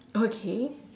okay